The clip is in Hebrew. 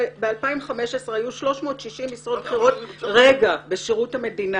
ב-2015 היו 360 משרות בכירות בשירות המדינה,